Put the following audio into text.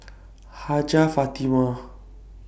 Hajjah Fatimah